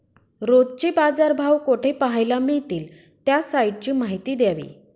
रोजचे बाजारभाव कोठे पहायला मिळतील? त्या साईटची माहिती द्यावी